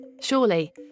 Surely